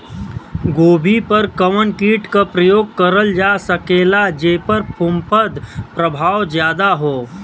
गोभी पर कवन कीट क प्रयोग करल जा सकेला जेपर फूंफद प्रभाव ज्यादा हो?